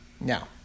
Now